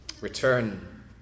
return